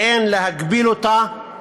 אין להגביל אותה